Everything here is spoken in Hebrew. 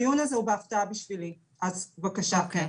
הדיון הזה הוא בהפתעה בשבילי, אז בבקשה כן?